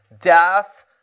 death